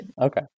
Okay